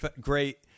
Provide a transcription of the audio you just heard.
great